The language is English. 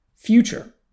future